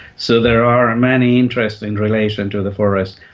so there are many interests in relation to the forests.